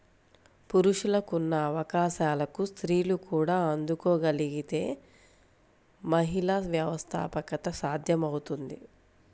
పురుషులకున్న అవకాశాలకు స్త్రీలు కూడా అందుకోగలగితే మహిళా వ్యవస్థాపకత సాధ్యమవుతుంది